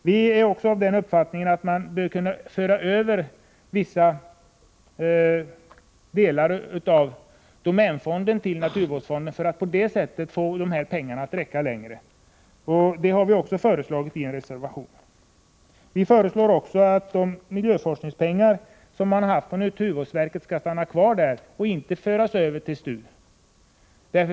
Vi är också av den uppfattningen att man bör kunna föra över vissa delar av domänfonden till naturvårdsfonden för att på det sättet få pengarna att räcka längre, och det har vi även föreslagit i en reservation. Vi föreslår också att de miljöforskningspengar som man haft på naturvårdsverket skall stanna kvar där och inte föras över till STU.